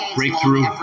breakthrough